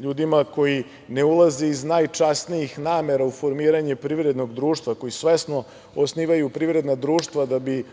ljudima koji ne ulazi iz najčasnijih namera u formiranje privrednog društva koji svesno osnivaju privredna društva da bi